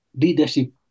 leadership